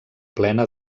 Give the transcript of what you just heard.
plena